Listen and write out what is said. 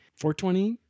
420